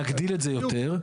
נגדיל את זה יותר.